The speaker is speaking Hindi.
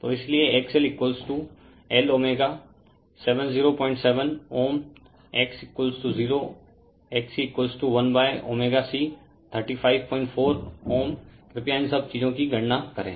तो इसलिए XLLω707Ω X 0XC1ω C354Ω कृपया इन सभी चीजों की गणना करें